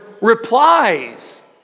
replies